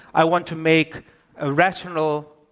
i want to make a rational,